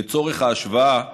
לצורך ההשוואה,